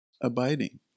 abiding